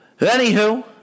Anywho